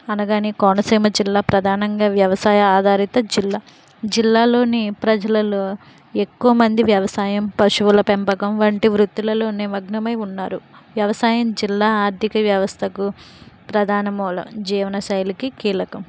అనగానే కోనసీమ జిల్లా ప్రధానంగా వ్యవసాయ ఆధారిత జిల్లా జిల్లాలోని ప్రజలలో ఎక్కువ మంది వ్యవసాయం పశువుల పెంపకం వంటి వృత్తులలో నిమగ్నమై ఉన్నారు వ్యవసాయం జిల్లా ఆర్థిక వ్యవస్థకు ప్రధాన మూలం జీవనశైలికి కీలకం